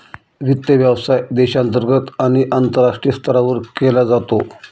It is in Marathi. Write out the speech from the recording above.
वित्त व्यवसाय देशांतर्गत आणि आंतरराष्ट्रीय स्तरावर केला जातो